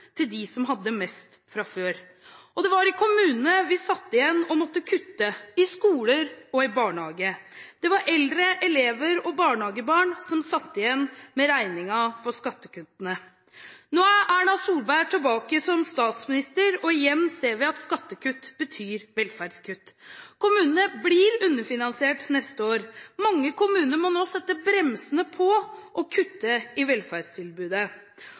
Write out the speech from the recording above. til dem som hadde mest fra før. Det var i kommunene vi satt igjen og måtte kutte til skoler og til barnehager. Det var eldre, elever og barnehagebarn som satt igjen med regningen for skattekuttene. Nå er Erna Solberg tilbake, som statsminister, og igjen ser vi at skattekutt betyr velferdskutt. Kommunene blir underfinansiert neste år. Mange kommuner må nå sette bremsene på og kutte i velferdstilbudet.